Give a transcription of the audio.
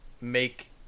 make